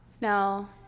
No